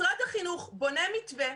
משרד החינוך בונה מתווה.